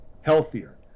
healthier